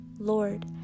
Lord